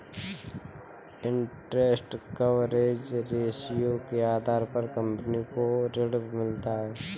interest coverage ratio के आधार पर कंपनी को ऋण मिलता है